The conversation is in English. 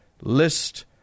list